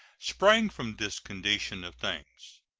sprang from this condition of things.